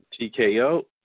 TKO